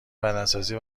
بدنسازی